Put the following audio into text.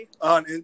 on